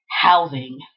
housing